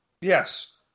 Yes